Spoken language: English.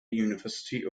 university